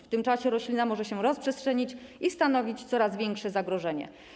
W tym czasie roślina może się rozprzestrzenić i stanowić coraz większe zagrożenie.